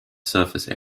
surface